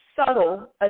subtle